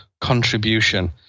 contribution